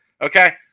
okay